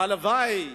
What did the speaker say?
הלוואי.